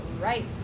right